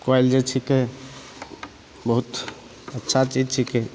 कल जे छिकै बहुत अच्छा चीज छिकै